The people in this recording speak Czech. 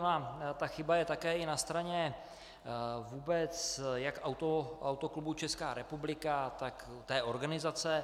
Ona ta chyba je také na straně vůbec jak Autoklubu Česká republika, tak té organizace.